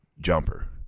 jumper